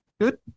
good